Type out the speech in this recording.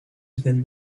within